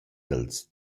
dals